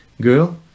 Girl